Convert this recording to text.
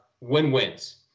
win-wins